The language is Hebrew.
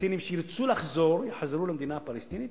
פלסטינים שירצו לחזור יחזרו למדינה הפלסטינית